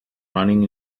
running